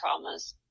traumas